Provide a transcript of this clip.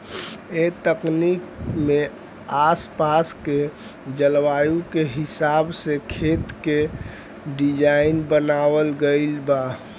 ए तकनीक में आस पास के जलवायु के हिसाब से खेत के डिज़ाइन बनावल गइल बा